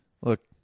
Look